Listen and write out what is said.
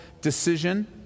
decision